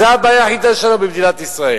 זו הבעיה היחידה שלנו במדינת ישראל.